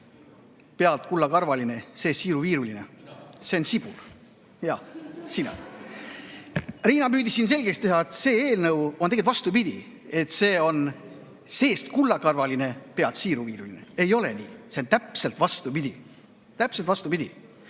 "Pealt kullakarvaline, seest siiruviiruline". See on sibul. Riina püüdis siin selgeks teha, et see eelnõu on tegelikult, vastupidi, seest kullakarvaline, pealt siiruviiruline. Ei ole nii, see on täpselt vastupidi. Täpselt vastupidi!